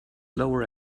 lower